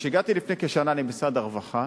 כשהגעתי לפני כשנה למשרד הרווחה